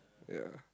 ya